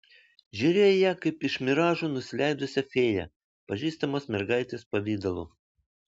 žiūrėjo į ją kaip iš miražų nusileidusią fėją pažįstamos mergaitės pavidalu